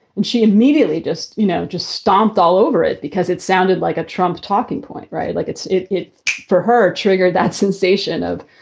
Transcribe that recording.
and she immediately just, you know, just stomped all over it because it sounded like a trump talking point. right. like it it for her triggered that sensation of,